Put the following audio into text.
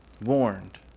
warned